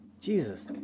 Jesus